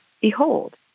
Behold